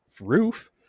roof